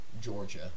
Georgia